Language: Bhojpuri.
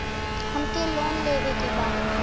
हमके लोन लेवे के बा?